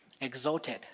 exalted